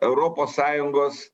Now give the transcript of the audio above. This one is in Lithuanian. europos sąjungos